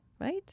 right